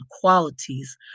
qualities